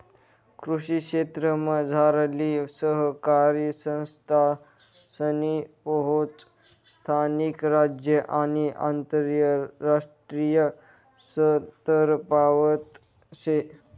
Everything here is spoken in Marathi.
कृषी क्षेत्रमझारली सहकारी संस्थासनी पोहोच स्थानिक, राज्य आणि आंतरराष्ट्रीय स्तरपावत शे